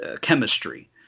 chemistry